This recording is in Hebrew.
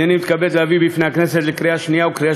הנני מתכבד להביא בפני הכנסת לקריאה שנייה ולקריאה